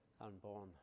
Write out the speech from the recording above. unborn